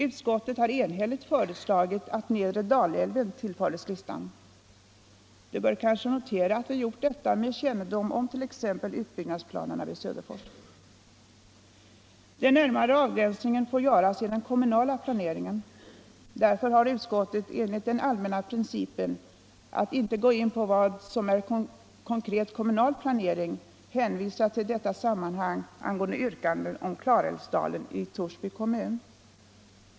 Utskottet har enhälligt föreslagit att nedre Dalälven tillförs listan. Det bör kanske noteras att vi gjort detta med kännedom om t.ex. utbyggnadsplanerna vid Söderfors. Den närmare avgränsningen får göras i den kommunala planeringen. Därför har utskottet enligt den allmänna principen att inte gå in på vad som är konkret kommunal planering hänvisat till yrkandena i detta sammanhang om Klarälvsdalen i Torsby kommun.